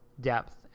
depth